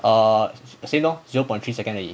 uh actually no zero point three second 而已